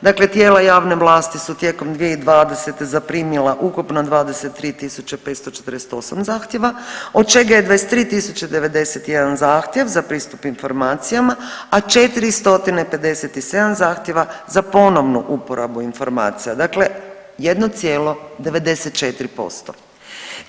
dakle tijela javne vlasti su tijekom 2020. zaprimila ukupno 23.548 zahtjeva od čega je 23.091 zahtjev za pristup informacijama, a 457 zahtjeva za ponovnu uporabu informacija, dakle 1,94%